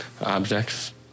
objects